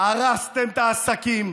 הרסתם את העסקים,